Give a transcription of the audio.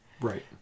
Right